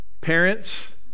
parents